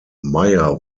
meyer